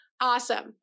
Awesome